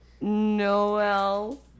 Noel